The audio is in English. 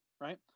Right